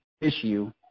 issue